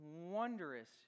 wondrous